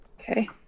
Okay